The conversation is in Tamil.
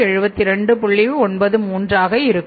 93 ஆக இருக்கும்